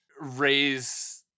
raise